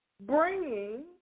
bringing